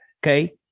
Okay